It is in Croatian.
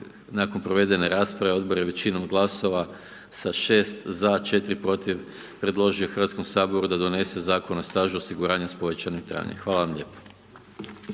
nakon provedene rasprave, odbor je većinom glasova sa 6 za 4 protiv predložio Hrvatskom saboru da donese Zakon o stažu osiguranja s povećanim trajanjem. Hvala vam lijepo.